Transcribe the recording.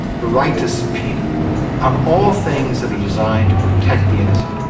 the right to subpoena are all things that are designed to protect the innocent.